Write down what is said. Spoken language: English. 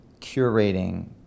curating